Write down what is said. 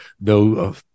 no